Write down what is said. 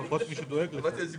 התשובה שלו היא